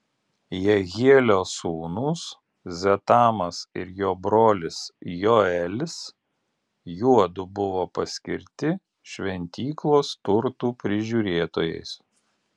jehielio sūnūs zetamas ir jo brolis joelis juodu buvo paskirti šventyklos turtų prižiūrėtojais